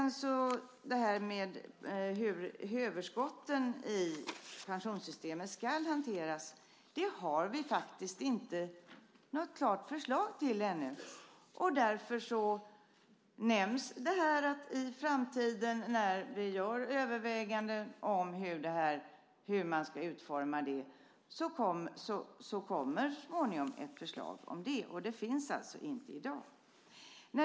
Vi har faktiskt ännu inte något klart förslag på hur överskotten i pensionssystemet ska hanteras. Därför nämns detta att i framtiden, när vi gjort överväganden om hur man ska utforma det, kommer så småningom förslag om det. Det finns alltså inte i dag.